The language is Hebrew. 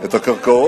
את הקרקעות,